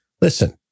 Listen